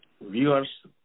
viewers